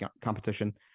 competition